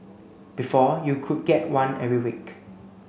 before you could get one every week